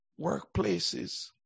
Workplaces